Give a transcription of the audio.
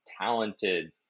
talented